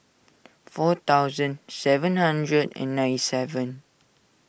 four thousand seven hundred and ninety seven